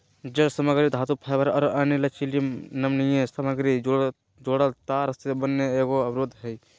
जालसामग्री धातुफाइबर और अन्य लचीली नमनीय सामग्री जोड़ल तार से बना एगो अवरोध हइ